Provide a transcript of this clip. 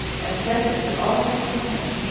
and send it to all his kingdom,